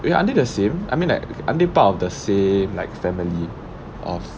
wait aren't they the same I mean like I mean part of the same like family of